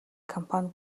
компани